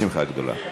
--- בשמחה גדולה.